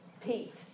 Pete